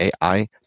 AI